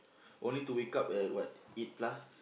only to wake up at what eight plus